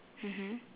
mmhmm